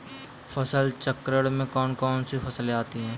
फसल चक्रण में कौन कौन सी फसलें होती हैं?